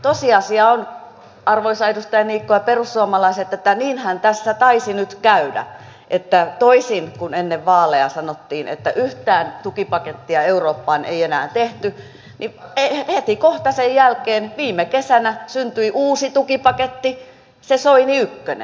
tosiasia on arvoisa edustaja niikko ja perussuomalaiset että niinhän tässä taisi nyt käydä että toisin kuin ennen vaaleja sanottiin että yhtään tukipakettia eurooppaan ei enää tehdä niin heti kohta sen jälkeen viime kesänä syntyi uusi tukipaketti se soini ykkönen